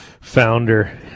founder